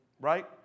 Right